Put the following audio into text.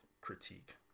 critique